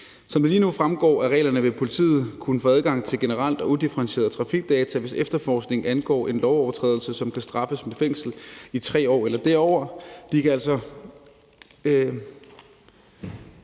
Som det lige nu fremgår af reglerne, vil politiet få adgang til generel og udifferentieret logning af trafikdata, hvis efterforskningen angår en lovovertrædelse, som kan straffes med fængsel i 3 år eller derover.